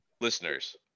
Listeners